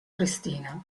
cristina